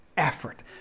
Effort